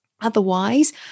Otherwise